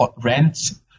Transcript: rents